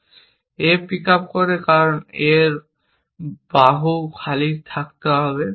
A pick up করে কারণ A এরও বাহু খালি থাকতে হবে